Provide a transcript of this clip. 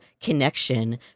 connection